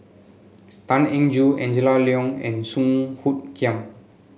Tan Eng Joo Angela Liong and Song Hoot Kiam